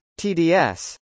TDS